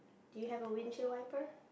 do you have a windshield wiper